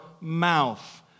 mouth